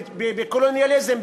בקולוניאליזם,